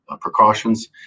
precautions